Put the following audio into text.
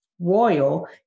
Royal